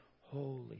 Holy